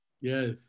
Yes